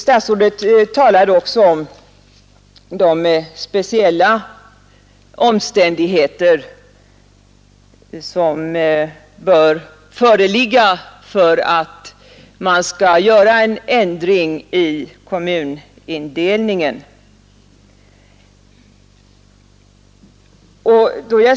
Statsrådet talar också om de speciella omständigheter som bör föreligga för att man skall göra en ändring i kommunindelningen.